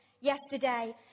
yesterday